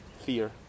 fear